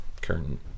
curtain